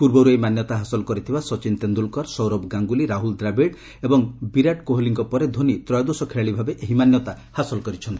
ପୂର୍ବରୁ ଏହି ମାନ୍ୟତା ହାସଲ କରିଥବବା ସଚିନ ତେନ୍ଦୁଲକର ସୌରଭ ଗାଙ୍ଗୁଲି ରାହୁଲ ଦ୍ରାବିଡ ଏବଂ ବିରାଟ କୋହଲୀଭ୍କ ପରେ ଧୋନୀ ତ୍ରୟୋଦଶ ଖେଳାଳି ଭାବେ ଏହି ମାନ୍ୟତା ହାସଲ କରିଛନ୍ତି